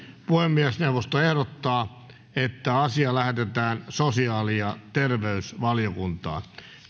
puhemiesneuvosto ehdottaa että asia lähetetään sosiaali ja terveysvaliokuntaan